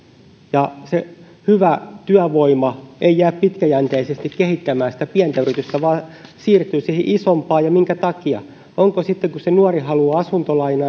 se hyvä työvoima ei jää pitkäjänteisesti kehittämään sitä pientä yritystä vaan siirtyy isompaan ja minkä takia sitten kun se nuori haluaa asuntolainaa